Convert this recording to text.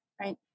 right